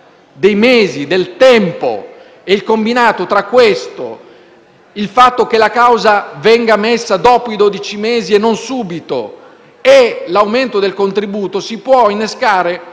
dei mesi, del tempo; per il fatto che la causa venga messa dopo i dodici mesi e non subito e l'aumento del contributo, si può innescare